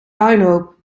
puinhoop